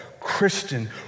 Christian